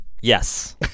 Yes